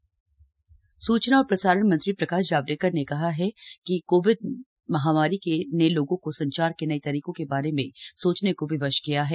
Javadekar FICCI सूचना और प्रसारण मंत्री प्रकाश जावडेकर ने आज कहा कि कोविड महामारी ने लोगों को संचार के नये तरीकों के बारे में सोचने को विवश किया है